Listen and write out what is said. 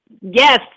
Yes